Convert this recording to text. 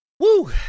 Woo